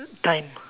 time